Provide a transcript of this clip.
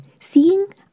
Seeing